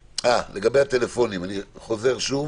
לגבי הטלפונים, אני חוזר שוב,